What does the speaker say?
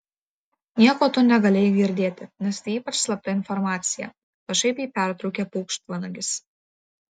nieko tu negalėjai girdėti nes tai ypač slapta informacija pašaipiai pertraukė paukštvanagis